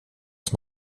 som